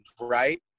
right